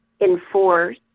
enforce